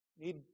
need